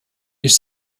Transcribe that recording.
ich